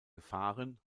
gefahren